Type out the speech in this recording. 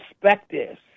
perspectives